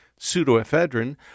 pseudoephedrine